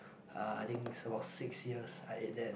uh I think about six years I ate that